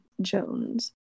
Jones